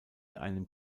einem